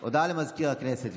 לפני כן, הודעה למזכיר הכנסת.